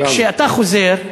וכשאתה חוזר,